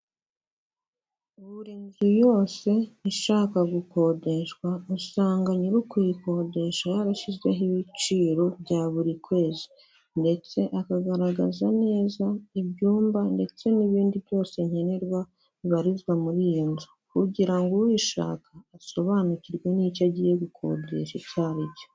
Buri nzu yose ishaka gukodeshwa, usanga nyiri kuyekodesha yarashyizeho ibiciro bya buri kwezi ndetse akagaragaza neza ibyumba ndetse n'ibindi byose nkenerwa bibarizwa muri iyo nzu, kugira ngo uyishaka asobanukirwe n'icyo agiye gukodesha icyo aricyo.